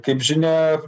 kaip žinia